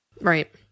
Right